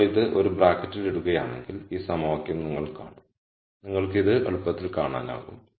നിങ്ങൾ ഇത് ഒരു ബ്രാക്കറ്റിൽ ഇടുകയാണെങ്കിൽ ഈ സമവാക്യം നിങ്ങൾ കാണും നിങ്ങൾക്ക് ഇത് എളുപ്പത്തിൽ കാണാനാകും